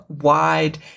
wide